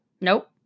Nope